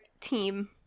team